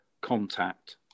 contact